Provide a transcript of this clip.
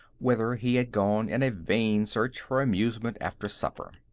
whither he had gone in a vain search for amusement after supper.